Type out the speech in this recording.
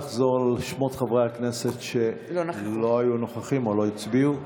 לחזור על שמות חברי הכנסת שלא היו נוכחים או לא הצביעו.